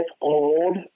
old